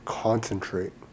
concentrate